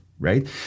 right